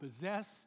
possess